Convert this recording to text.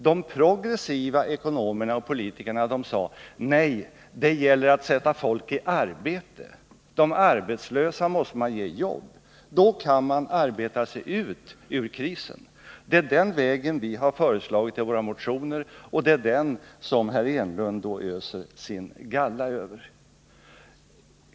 De progressiva ekonomerna och politikerna sade: Nej, det gäller att sätta folk i arbete — de arbetslösa måste man ge jobb, då kan man arbeta sig ut ur krisen. Det är den vägen vi föreslagit i våra motioner, och det är den vägen som herr Enlund öser sin galla över.